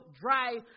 dry